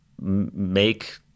make